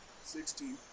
Sixteen